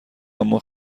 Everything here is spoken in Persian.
اما